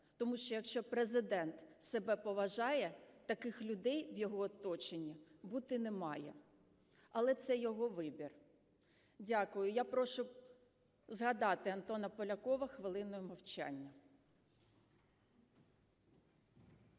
Тому що, якщо Президент себе поважає, таких людей в його оточені бути не має. Але це його вибір. Дякую. Я прошу згадати Антона Полякова хвилиною мовчання.